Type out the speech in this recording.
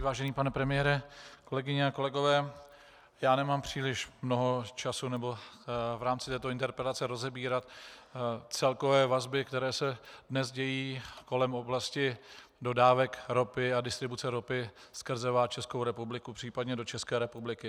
Vážený pane premiére, kolegyně a kolegové, já nemám příliš mnoho času v rámci této interpelace rozebírat celkové vazby, které se dnes dějí kolem oblasti dodávek ropy a distribuce ropy skrze Českou republiku, případně do České republiky.